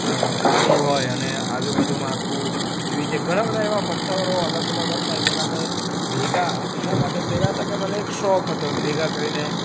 કાણું હોય અને આજુબાજુમાં આખું એવી રીતે ઘણા બધા એવા પથ્થરો અલગ અલગ હતા એ બધા મેં ભેગા એના માટે કર્યા હતા કે મને એક શોખ હતો એમ ભેગા કરીને